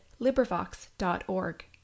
LibriVox.org